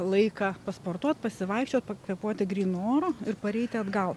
laiką pasportuot pasivaikščiot pakvėpuoti grynu oru ir pareiti atgal